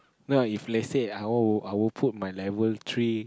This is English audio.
now if let's say I will I will put my level three